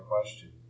question